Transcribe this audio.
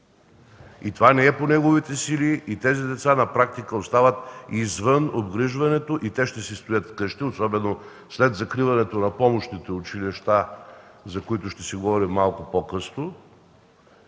Това не е по неговите сили и тези деца на практика остават извън обгрижването – ще си стоят вкъщи, особено след закриването на помощните училища, за които ще се говори малко по-късно.